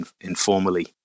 informally